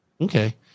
Okay